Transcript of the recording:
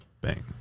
Bang